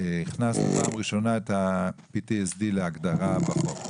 הכנסנו פעם ראשונה את ה-PTSD להגדרה בחוק,